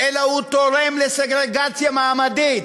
אלא הוא תורם לסגרגציה מעמדית,